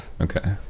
okay